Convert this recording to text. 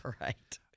Right